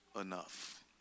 enough